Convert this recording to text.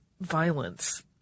violence